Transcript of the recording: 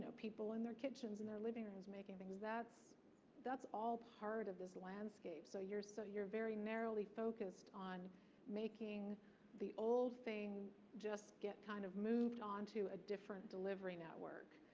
people in their kitchens and their living rooms making things, that's that's all part of this landscape. so you're so you're very narrowly focused on making the old thing just get kind of moved onto a different delivery network,